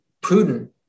prudent